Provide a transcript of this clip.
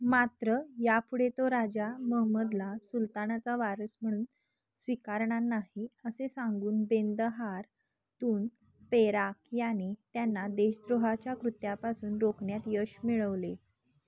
मात्र या पुढे तो राजा महमदला सुल्तानाचा वारस म्हणून स्वीकारणार नाही असे सांगून बेंदहार तून पेराक याने त्यांना देशद्रोहाच्या कृत्यापासून रोकण्यात यश मिळवले